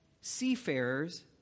seafarers